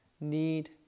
need